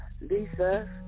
Lisa